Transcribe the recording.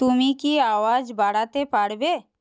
তুমি কি আওয়াজ বাড়াতে পারবে